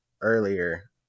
earlier